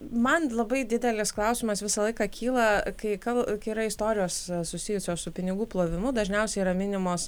man labai didelis klausimas visą laiką kyla kai kal kai yra istorijos susijusios su pinigų plovimu dažniausiai yra minimos